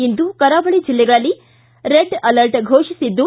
ಇಂದು ಕರಾವಳಿ ಜಿಲ್ಲೆಗಳಲ್ಲಿ red alert ಘೋಷಿಸಿದ್ದು